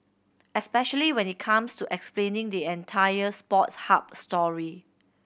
especially when it comes to explaining the entire Sports Hub story